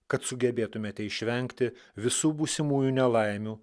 kad sugebėtumėte išvengti visų būsimųjų nelaimių